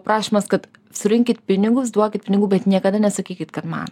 prašymas kad surinkit pinigus duokit pinigų bet niekada nesakykit kad man